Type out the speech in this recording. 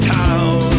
town